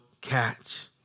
catch